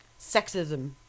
sexism